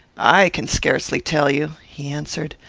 i can scarcely tell you, he answered.